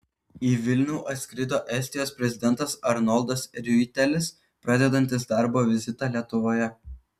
į vilnių atskrido estijos prezidentas arnoldas riuitelis pradedantis darbo vizitą lietuvoje